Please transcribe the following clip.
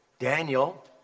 Daniel